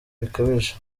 bikabije